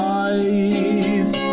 eyes